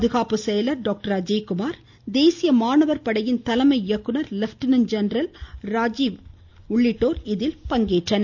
பாதுகாப்பு செயலர் டாக்டர் அஜய் குமார் தேசிய மாணவர் படையின் தலைமை இயக்குனர் லெப்டினன்ட் ஜென்ரல் ராஜீப் சவ்ப்ரா உள்ளிட்டோர் இதில் பங்கேற்றனர்